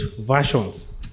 versions